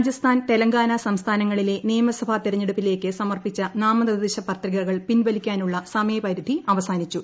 രാജസ്ഥാൻ തെലങ്കാന സംസ്കാനങ്ങ്ളിലെ നിയമസഭാ തിരഞ്ഞെടുപ്പിലേയ്ക്ക് സമർപ്പിച്ചു നാമനിർദ്ദേശ പത്രികകൾ പിൻവലിക്കാനുള്ള സമയപ്പരിധി അവസാനിച്ചു